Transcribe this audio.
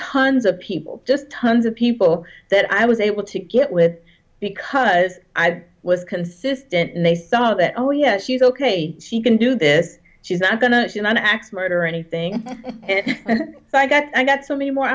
tons of people just tons of people that i was able to get with because i was consistent and they saw that oh yes she's ok she can do this she's not going to be an axe murderer or anything so i got i got so many more